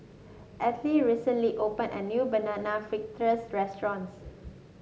Ethyle recently opened a new Banana Fritters restaurant